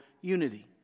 unity